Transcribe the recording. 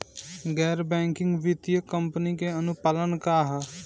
गैर बैंकिंग वित्तीय कंपनी के अनुपालन का ह?